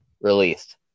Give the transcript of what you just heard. released